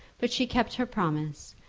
but she kept her promise,